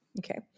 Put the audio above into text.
Okay